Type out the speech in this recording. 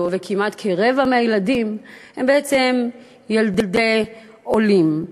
גדול, וכמעט כרבע מהילדים הם בעצם ילדי עולים.